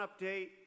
update